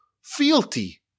fealty